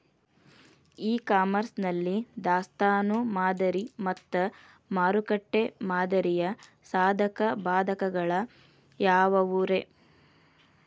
E commerce ನಲ್ಲಿ ದಾಸ್ತಾನು ಮಾದರಿ ಮತ್ತ ಮಾರುಕಟ್ಟೆ ಮಾದರಿಯ ಸಾಧಕ ಬಾಧಕಗಳ ಯಾವವುರೇ?